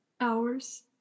hours